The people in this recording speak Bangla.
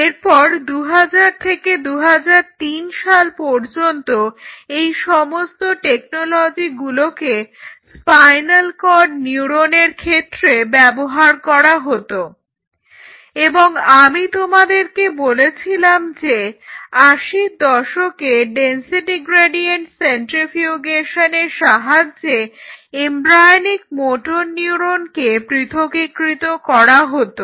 এরপর 2000 থেকে 2003 সাল পর্যন্ত এই সমস্ত টেকনোলজিগুলোকে স্পাইনাল কর্ড নিউরনের ক্ষেত্রে ব্যবহার করা হতো এবং আমি তোমাদেরকে বলেছিলাম যে আশির দশকে ডেনসিটি গ্রেডিয়েন্ট সেন্ট্রিফিউগেশনের সাহায্যে এমব্রায়োনিক মোটর নিউরনকে পৃথকীকৃত করা হতো